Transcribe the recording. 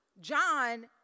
John